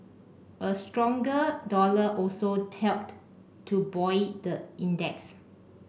a stronger dollar also helped to buoy the index